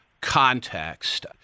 context